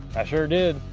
i sure did,